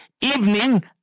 evening